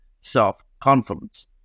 self-confidence